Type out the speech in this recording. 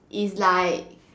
is like